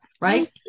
right